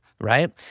Right